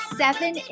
seven